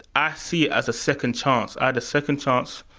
i see it as a second chance. i had a second chance.